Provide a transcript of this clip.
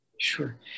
Sure